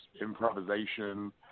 improvisation